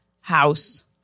house